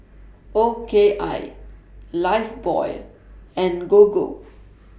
O K I Lifebuoy and Gogo